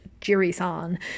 Jiri-san